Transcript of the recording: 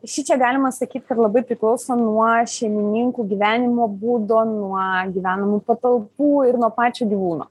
šičia galima sakyt kad labai priklauso nuo šeimininkų gyvenimo būdo nuo gyvenamų patalpų ir nuo pačio gyvūno